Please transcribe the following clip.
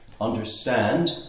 understand